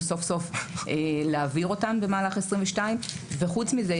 סוף סוף להעביר אותן במהלך 2022. וחוץ מזה,